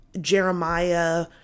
Jeremiah